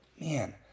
Man